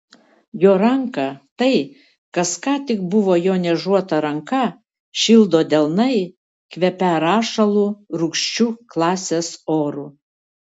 jo ranką tai kas ką tik buvo jo niežuota ranka šildo delnai kvepią rašalu rūgščiu klasės oru